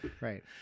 right